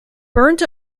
burnt